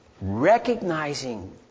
recognizing